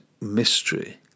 mystery